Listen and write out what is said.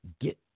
get